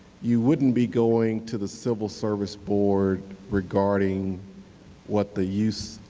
you wouldn't be going to the civil service board regarding what the use,